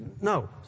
No